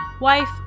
wife